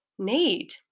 Need